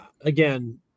again